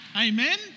Amen